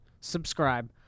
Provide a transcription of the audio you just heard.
subscribe